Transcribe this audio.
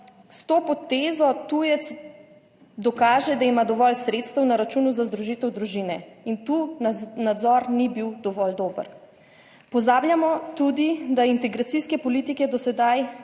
S to potezo tujec dokaže, da ima dovolj sredstev na računu za združitev družine. In tu nadzor ni bil dovolj dober. Pozabljamo tudi, da integracijske politike do sedaj